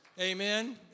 Amen